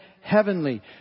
heavenly